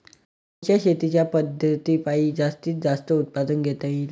कोनच्या शेतीच्या पद्धतीपायी जास्तीत जास्त उत्पादन घेता येईल?